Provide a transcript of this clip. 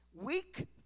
weak